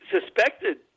suspected